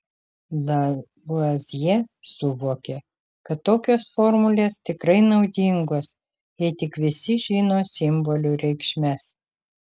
lavuazjė suvokė kad tokios formulės tikrai naudingos jei tik visi žino simbolių reikšmes